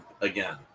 again